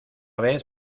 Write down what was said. vez